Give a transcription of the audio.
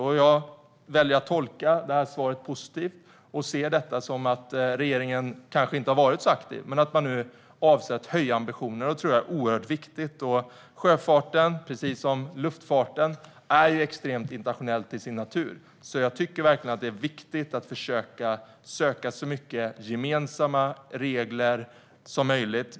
Och jag väljer att tolka svaret positivt och ser detta som att regeringen kanske inte har varit så aktiv men nu avser att höja ambitionen. Det tror jag är oerhört viktigt. Sjöfarten, precis som luftfarten, är extremt internationell till sin natur, så jag tycker verkligen att det är viktigt att försöka söka så många gemensamma regler som möjligt.